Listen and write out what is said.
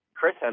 Chris